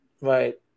right